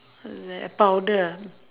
uh the powder